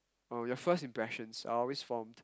oh your first impressions are always formed